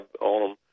on